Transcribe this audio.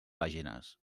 pàgines